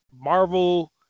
Marvel